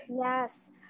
Yes